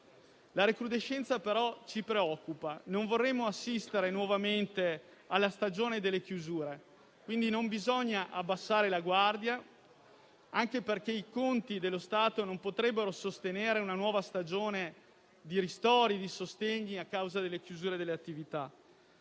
La recrudescenza, però, ci preoccupa; non vorremmo assistere nuovamente alla stagione delle chiusure. Non bisogna quindi abbassare la guardia, anche perché i conti dello Stato non potrebbero sostenere una nuova stagione di ristori e di sostegni a causa delle chiusure delle attività.